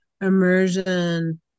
immersion